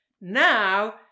now